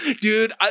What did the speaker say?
dude